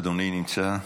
אדוני נמצא?